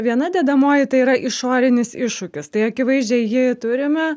viena dedamoji tai yra išorinis iššūkis tai akivaizdžiai jį turime